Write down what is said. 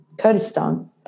Kurdistan